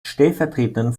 stellvertretenden